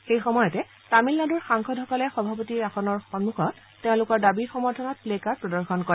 সেইসময়তে তামিলনাডুৰ সাংসদসকলে সভাপতি আসনৰ সমুখত তেওঁলোকৰ দাবীৰ সমৰ্থনত প্লেকাৰ্ড প্ৰদৰ্শন কৰে